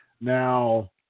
Now